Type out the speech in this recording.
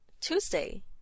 Tuesday